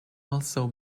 also